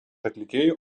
atlikėjų